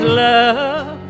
love